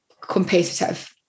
competitive